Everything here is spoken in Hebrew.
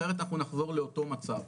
אחרת אנחנו נחזור לאותו מצב.